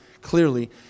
clearly